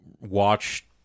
watch